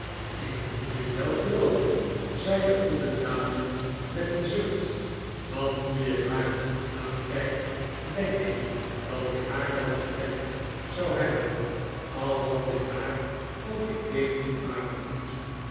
ik moet u wel gelooven zei de goede dame met een zucht want nu ik haar goed aankijk denk ik dat ik haar wel gekend zou hebben al had ik haar ook ik weet niet waar